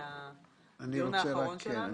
זה היום האחרון שלנו.